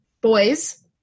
Boys